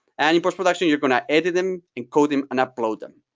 and in post-production you're going to edit them, encode them, and upload them.